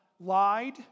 lied